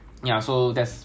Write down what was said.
!wah! I don't know eh